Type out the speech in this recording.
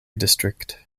district